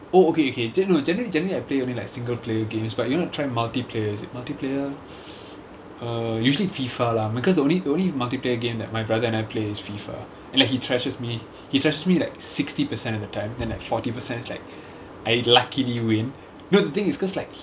oh oh okay okay just no generally generally I play only like single player games but you know try multiplayers multiplayer err usually FIFA lah because the only the only multiplayer game that my brother and I play is FIFA and like he trashes me he thrashes me like sixty percent of the time then like forty percent it's like I luckily win no the thing is because like